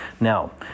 Now